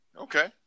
Okay